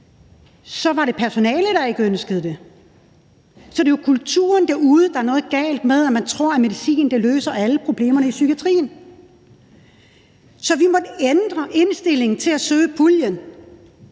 var det personalet, der ikke ønskede det. Så det er jo kulturen derude, der er noget galt med, når man tror, at medicinen løser alle problemerne i psykiatrien. Så vi måtte ændre indstillingen, da vi søgte puljen,